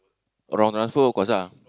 oh wrong ah so of course ah